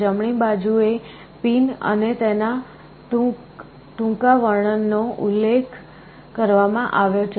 જમણી બાજુએ પિન અને તેના ટૂંકા વર્ણનોનો ઉલ્લેખ કરવામાં આવ્યો છે